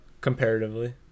comparatively